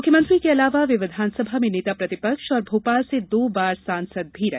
मुख्यमंत्री के अलावा वे विधानसभा में नेता प्रतिपक्ष और भोपाल से दो बार सांसद भी रहे